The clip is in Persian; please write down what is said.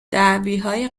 دعویهای